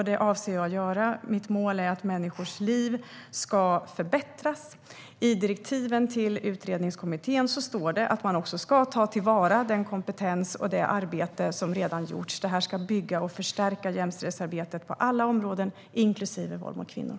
Det avser jag att göra. Mitt mål är att människors liv ska förbättras. I direktiven till utredningskommittén står det att man ska ta till vara den kompetens och det arbete som redan gjorts. Det ska bygga och förstärka jämställdhetsarbetet på alla områden inklusive våld mot kvinnor.